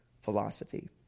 philosophy